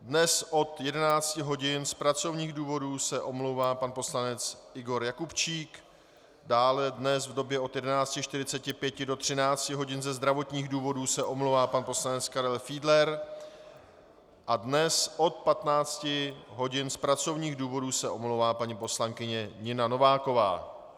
Dnes od 11 hodin z pracovních důvodů se omlouvá pan poslanec Igor Jakubčík, dále dnes v době od 11. 45 do 13 hodin ze zdravotních důvodů se omlouvá pan poslanec Karel Fiedler a dnes od 15 hodin z pracovních důvodů se omlouvá paní poslankyně Nina Nováková.